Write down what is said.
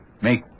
Make